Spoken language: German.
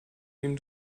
dem